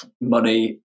money